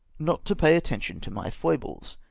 not to pay attention to my foibles.